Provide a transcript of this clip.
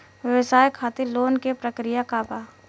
व्यवसाय खातीर लोन के प्रक्रिया का बा?